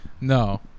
No